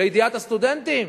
לידיעת הסטודנטים.